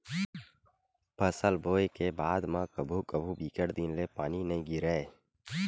फसल बोये के बाद म कभू कभू बिकट दिन ले पानी नइ गिरय